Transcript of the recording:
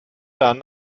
dann